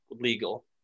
legal